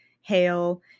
hail